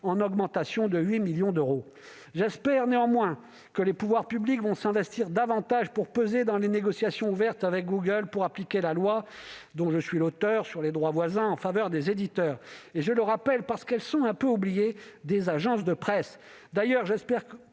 en augmentation de 8 millions d'euros. J'espère néanmoins que les pouvoirs publics s'investiront davantage pour peser dans les négociations ouvertes avec Google afin d'appliquer la loi dont je suis l'auteur sur les droits voisins en faveur des éditeurs et- je le rappelle, car elles sont un peu oubliées -des agences de presse. D'ailleurs, j'espère